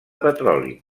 petroli